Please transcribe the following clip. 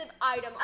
item